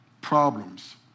problems